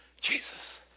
Jesus